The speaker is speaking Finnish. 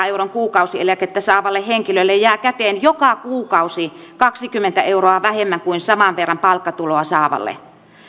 euron kuukausieläkettä saavalle henkilölle jää käteen joka kuukausi kaksikymmentä euroa vähemmän kuin saman verran palkkatuloa saavalle